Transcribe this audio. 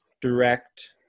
direct